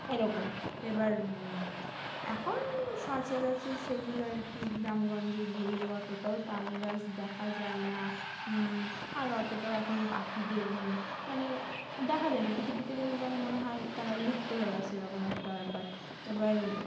এরকম এবার এখন সচরাচর সেগুলো আর কি গ্রামগঞ্জে গেলে অতটাও তাল গাছ দেখা যায় না আর অতটাও এখন পাখিদের মানে দেখা যায় না পৃথিবীতে যেন মনে হয় তারা লুপ্ত হয়ে গেছে এরকম একটা ব্যাপার এবার